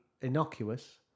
Innocuous